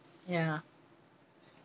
ya